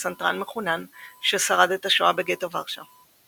פסנתרן מחונן ששרד את השואה בגטו ורשה.